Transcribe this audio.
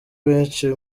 benshi